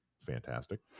fantastic